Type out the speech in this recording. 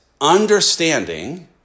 understanding